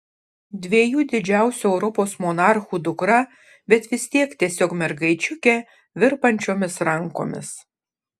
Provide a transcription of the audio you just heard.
dviejų didžiausių europos monarchų dukra bet vis tiek tiesiog mergaičiukė virpančiomis rankomis